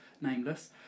nameless